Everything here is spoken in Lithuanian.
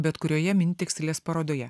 betkurioje minitekstilės parodoje